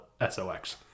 S-O-X